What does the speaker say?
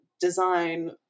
design